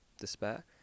despair